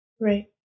Right